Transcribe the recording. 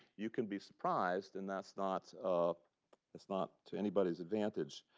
you can be surprised. and that's not ah that's not to anybody's advantage.